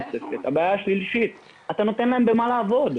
בעיה שלישית, אתה נותן להם במה לעבוד.